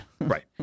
Right